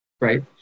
right